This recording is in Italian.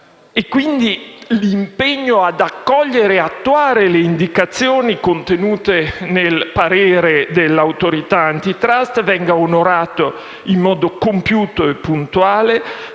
questa sede - ad accogliere e attuare le indicazioni contenute nel parere dell'Autorità *antitrust*, venga onorato in modo compiuto e puntuale,